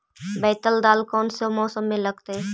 बैतल दाल कौन से मौसम में लगतैई?